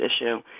issue